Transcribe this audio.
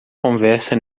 conversa